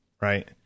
Right